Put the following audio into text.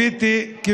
אתם תומכי טרור, אתם.